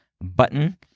button